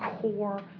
core